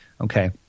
Okay